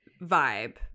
vibe